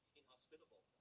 inhospitable